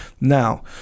Now